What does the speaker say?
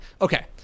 okay